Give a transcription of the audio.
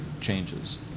changes